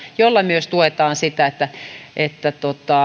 jolla myös tuetaan sitä että että